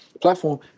platform